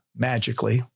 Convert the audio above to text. magically